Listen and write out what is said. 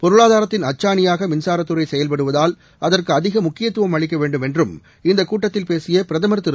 பொருளாதாரத்தின் அச்சாணியாக மின்சாரதுறை செயவ்படுவதால் அதற்கு அதிக முக்கியத்துவம் அளிக்க வேண்டும் என்றும் இந்த கூட்டத்தில் பேசிய பிரதமர் திரு